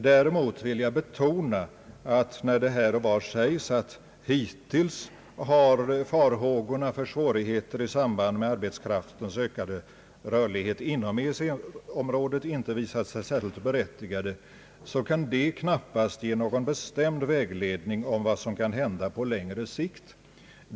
Däremot vill jag betona att när det här och var sägs att farhågorna för svårigheter i samband med arbetskraftens ökade rörlighet inom EEC-området hittills inte visat sig särskilt berättigade, så ger detta knappast någon bestämd vägledning om vad som kan hända på längre sikt.